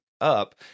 up